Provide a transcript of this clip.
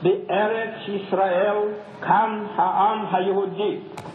"בארץ ישראל קם העם היהודי,